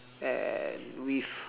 and with